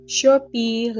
Shopee